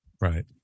Right